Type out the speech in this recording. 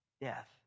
death